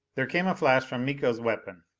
there came a flash from miko's weapon.